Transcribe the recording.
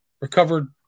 recovered